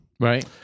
Right